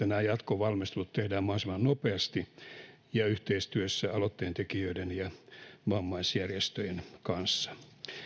nämä jatkovalmistelut tulee tehdä mahdollisimman nopeasti ja yhteistyössä aloitteentekijöiden ja vammaisjärjestöjen kanssa